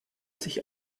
sich